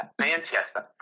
Manchester